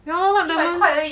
yeah lor lab diamond